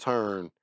turn